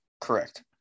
Correct